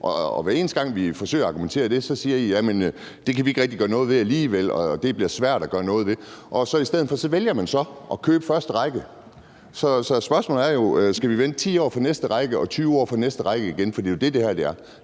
og hver eneste gang vi forsøger at sige det, siger I: Jamen det kan vi ikke rigtig gøre noget ved alligevel; det bliver svært at gøre noget ved. I stedet for vælger man så at købe første række. Så spørgsmålet er: Skal vi vente 10 år på, at næste række bliver købt, og 20 år på, at det bliver den næste række igen? For det er jo det, det her går